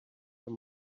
your